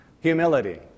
Humility